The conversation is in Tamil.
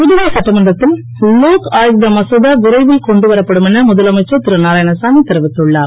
புதுவை சட்டமன்றத்தில் லோக் ஆயுக்தா மசோதா விரைவில் கொண்டுவரப் படும் என முதலமைச்சர் திருநாராயணசாமி தெரிவித்துள்ளார்